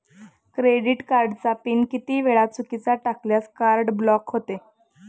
Credit कार्डचा pin किती वेळा चुकीचा टाकल्यास कार्ड ब्लॉक होते?